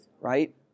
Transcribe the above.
right